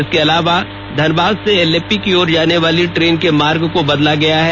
इसके अलावा धनबाद से एलेप्पी की ओर जाने वाली ट्रेन के मार्ग को बदला गया है